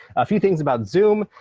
a few things about zoom.